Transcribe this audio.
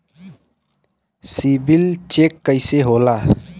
CIBIL check कइसे होला?